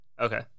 okay